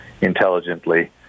intelligently